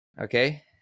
okay